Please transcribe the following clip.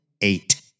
eight